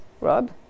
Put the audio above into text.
Rob